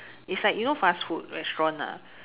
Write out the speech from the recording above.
is like you know fast food restaurant lah